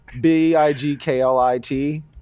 B-I-G-K-L-I-T